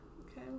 Okay